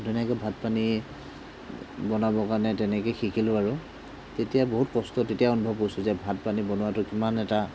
ধুনীয়াকৈ ভাত পানী বনাবৰ কাৰণে তেনেকেই শিকিলোঁ আৰু তেতিয়া বহুত কষ্ট তেতিয়া অনুভৱ কৰিছোঁ যে ভাত পানী বনোৱাতো কিমান এটা